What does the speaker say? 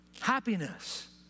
happiness